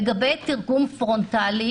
לגבי תרגום פרונטלי